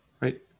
Right